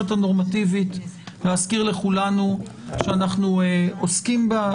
לכולנו מהי המסגרת הנורמטיבית שאנחנו עוסקים בה,